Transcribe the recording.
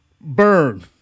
Burn